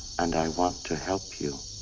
and i want to help you.